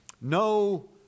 no